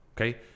Okay